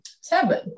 Seven